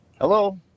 Hello